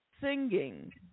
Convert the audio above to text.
Singing